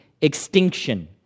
extinction